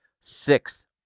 six